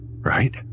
right